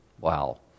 Wow